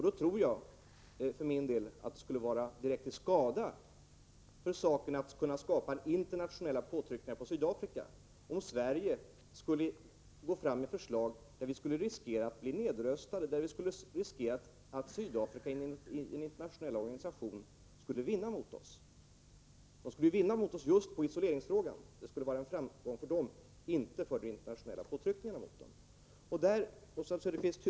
Då tror jag för min del att det skulle vara till direkt skada för saken, att kunna skapa internationella påtryckningar på Sydafrika, om Sverige skulle gå fram med förslag där vi riskerade att bli nedröstade, där vi riskerade att Sydafrika i en internationell organisation skulle vinna mot oss. De skulle vinna mot oss just på isoleringsfrågan. Det skulle vara en framgång för dem, inte för de internationella påtryckningarna mot dem.